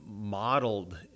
modeled